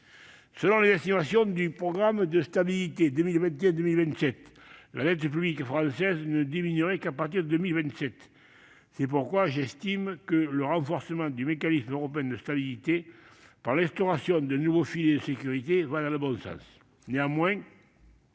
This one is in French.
Selon les estimations du programme de stabilité 2021-2027, la dette publique française ne diminuerait qu'à partir de 2027. C'est pourquoi j'estime que le renforcement du MES par l'instauration d'un nouveau filet de sécurité va dans le bon sens.